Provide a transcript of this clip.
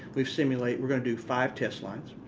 we've simulated we're going to do five test lines.